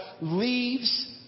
leaves